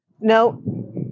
no